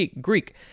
Greek